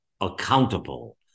accountable